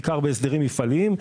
בעיקר בהסדרים מפעליים.